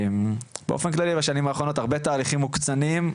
באופן כללי בשנים האחרונות הרבה תהליכים מוקצנים,